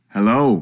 Hello